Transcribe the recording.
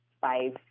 five